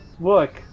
look